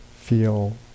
feel